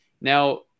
Now